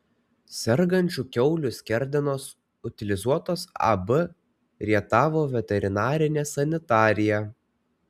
sergančių kiaulių skerdenos utilizuotos ab rietavo veterinarinė sanitarija